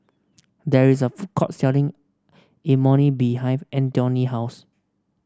there is a food court selling Imoni behind Antione house